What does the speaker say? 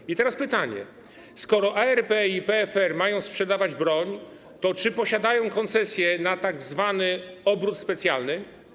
I teraz pytanie: Skoro ARP i PFR mają sprzedawać broń, to czy posiadają koncesje na tzw. obrót specjalny?